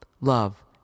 Love